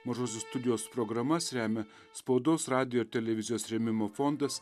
mažosios studijos programas remia spaudos radijo ir televizijos rėmimo fondas